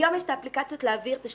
היום יש את האפליקציות להעביר תשלום.